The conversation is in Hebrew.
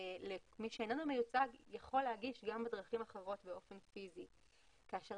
מי שאיננו מיוצג יכול להגיש גם בדרכים אחרות באופן פיזי כאשר